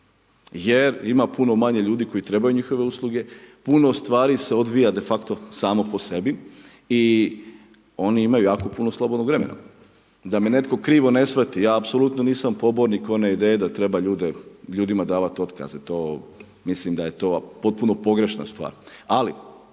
jer ima puno manje ljudi, koji trebaju njihove usluge, puno stvari se odvija, de facto samo po sebi i oni imaju jako puno slobodnog vremena. Da me netko krivo ne shvati, ja apsolutno nisam pobornik one ideje, da treba ljudima davati otkaz, mislim da je to potpuno pogrešna stvar, ali